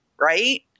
Right